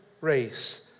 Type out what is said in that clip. race